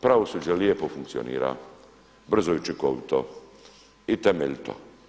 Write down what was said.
Pravosuđe lijepo funkcionira, brzo i učinkovito i temeljito.